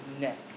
neck